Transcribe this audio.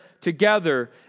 together